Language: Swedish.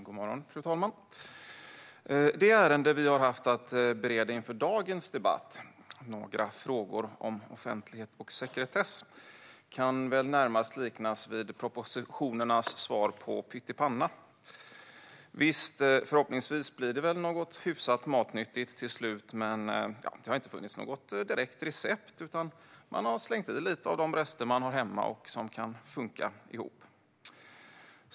Fru talman! Det ärende vi har haft att bereda inför dagens debatt, Några frågor om offentlighet och sekretess , kan väl närmast liknas vid propositionernas svar på pyttipanna. Förhoppningsvis blir det något hyfsat matnyttigt till slut. Men det har inte funnits något direkt recept, utan man har slängt i lite av de rester man har hemma och som kan funka ihop.